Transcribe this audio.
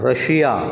Russia